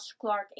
Clark